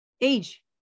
age